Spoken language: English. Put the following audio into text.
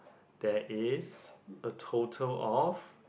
there is a total of